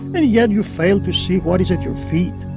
and yet you fail to see what is at your feet.